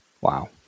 wow